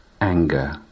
anger